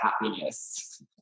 happiness